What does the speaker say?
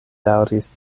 daŭris